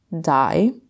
die